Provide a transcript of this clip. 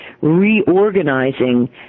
reorganizing